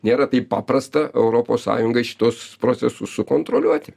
nėra taip paprasta europos sąjungai šituos procesus sukontroliuoti